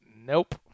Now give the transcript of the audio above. Nope